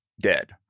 dead